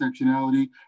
intersectionality